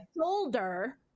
shoulder